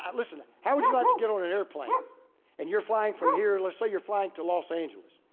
um listen, to how would you like to get on an airplane and you're flying from here, let's say you're flying to los angeles.